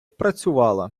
працювала